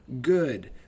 good